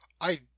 I